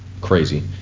crazy